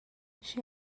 she